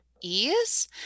ease